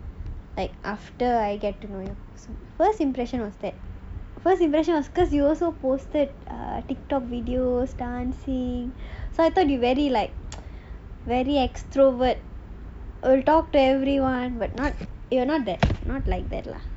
like after I get to know you first impression was that first impression was because you also posted a TikTok videos dancing so I thought you very like very extrovert will talk to everyone but not you are not like that lah